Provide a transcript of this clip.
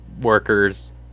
workers